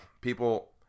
people